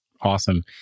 Awesome